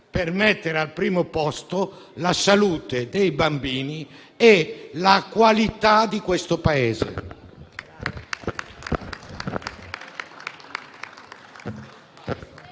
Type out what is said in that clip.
per mettere al primo posto la salute dei bambini e la qualità di questo Paese.